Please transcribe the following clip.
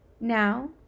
now